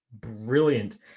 brilliant